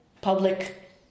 public